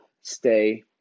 stay